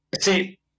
See